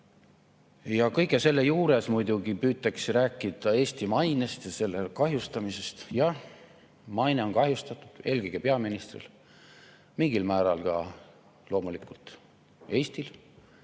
Kõige selle juures muidugi püütakse rääkida Eesti mainest ja selle kahjustamisest. Jah, maine on kahjustatud eelkõige peaministril, mingil määral ka loomulikult Eestil,